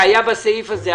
שהיה בסעיף הזה,